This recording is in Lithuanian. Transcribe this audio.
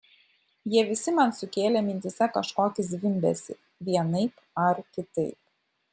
jie visi man sukėlė mintyse kažkokį zvimbesį vienaip ar kitaip